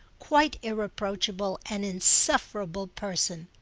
quite irreproachable and insufferable person.